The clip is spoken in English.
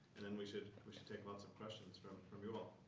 and then, we should we should take lots of questions from from you all.